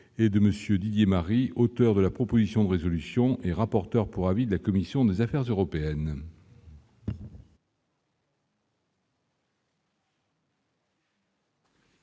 et de monsieur Didier Marie, auteur de la proposition de résolution et rapporteur pour avis de la commission des affaires européennes.